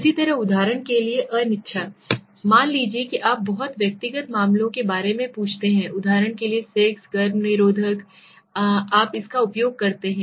इसी तरह उदाहरण के लिए अनिच्छा मान लीजिए कि आप बहुत व्यक्तिगत मामलों के बारे में पूछते हैं उदाहरण के लिए सेक्स गर्भनिरोधक आप इसका उपयोग करते हैं